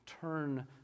turn